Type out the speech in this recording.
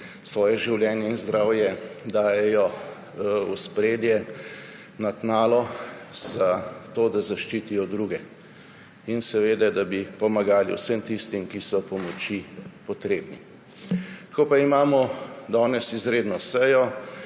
svoje življenje in zdravje dajejo v ospredje na tnalo, da zaščitijo druge in da bi pomagali vsem tistim, ki so pomoči potrebni. Tako pa imamo danes izredno sejo,